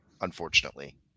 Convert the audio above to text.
unfortunately